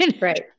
Right